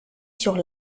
sur